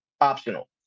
Optional